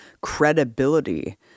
credibility